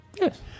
Yes